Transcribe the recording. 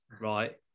right